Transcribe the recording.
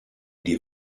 die